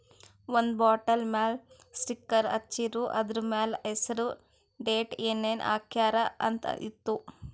ಒಂದ್ ಬಾಟಲ್ ಮ್ಯಾಲ ಸ್ಟಿಕ್ಕರ್ ಹಚ್ಚಿರು, ಅದುರ್ ಮ್ಯಾಲ ಹೆಸರ್, ಡೇಟ್, ಏನೇನ್ ಹಾಕ್ಯಾರ ಅಂತ್ ಇತ್ತು